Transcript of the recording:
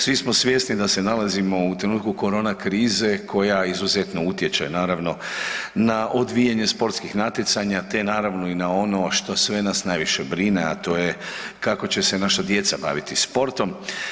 Svi smo svjesni da se nalazimo u trenutku korona krize koja izuzetno utječe naravno na odvijanje sportskih natjecanja te naravno i na ono što sve nas najviše brine a to je kako će se naša djeca baviti sportom.